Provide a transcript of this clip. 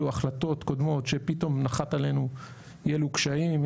החלטות קודמות שפתאום נחת עלינו אי אילו קשיים,